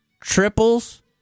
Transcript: triples